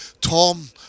Tom